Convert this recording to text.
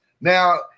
Now